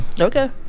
Okay